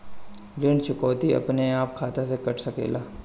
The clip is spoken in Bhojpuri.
ऋण चुकौती अपने आप खाता से कट सकेला?